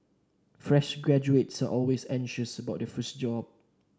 fresh graduates are always anxious about their first job